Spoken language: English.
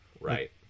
Right